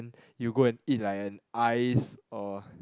you go and eat like an ice or